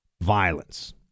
violence